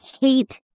hate